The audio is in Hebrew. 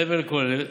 מעבר לכל אלה,